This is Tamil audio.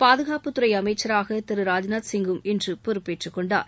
பாதுகாப்புத்துறை அமைச்சராக திரு ராஜ்நாத்சிங் இன்று பொறுப்பேற்றுக்கொண்டார்